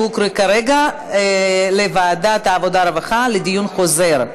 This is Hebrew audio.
הקריא כרגע לוועדת העבודה והרווחה לדיון חוזר.